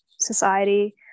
society